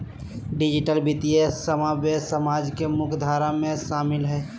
digital वित्तीय समावेश समाज के मुख्य धारा में शामिल हइ